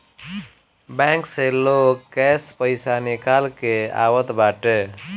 bank से लोग cash पईसा निकाल के ले आवत बाटे